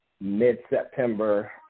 mid-September